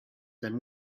than